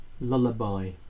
lullaby